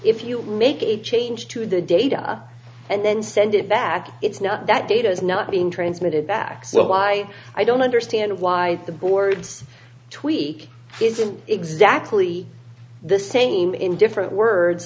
if you make a change to the data and then send it back it's not that data is not being transmitted back so why i don't understand why the board's tweak isn't exactly the same in different words